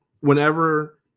whenever